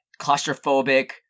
claustrophobic